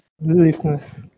Listeners